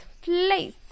place